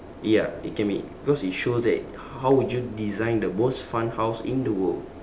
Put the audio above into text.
ya it can be because it shows that how would you design the most fun house in the world